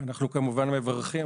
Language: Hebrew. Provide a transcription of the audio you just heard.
כמובן מברכים.